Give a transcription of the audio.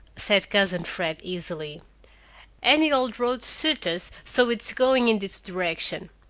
said cousin fred easily any old road suits us so it's going in this direction.